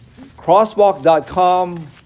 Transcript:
Crosswalk.com